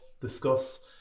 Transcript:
discuss